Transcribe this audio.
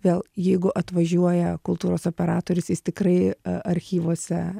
vėl jeigu atvažiuoja kultūros operatorius jis tikrai archyvuose